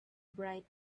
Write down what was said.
bright